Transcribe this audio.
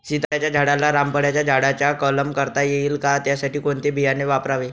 सीताफळाच्या झाडाला रामफळाच्या झाडाचा कलम करता येईल का, त्यासाठी कोणते बियाणे वापरावे?